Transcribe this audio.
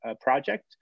project